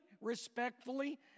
respectfully